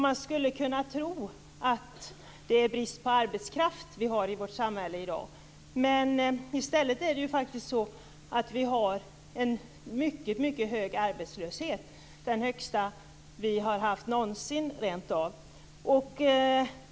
Man skulle kunna tro att vi har brist på arbetskraft i vårt samhälle i dag. I stället är det faktiskt så att vi har en mycket hög arbetslöshet. Rent utav den högsta vi någonsin har haft.